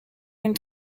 une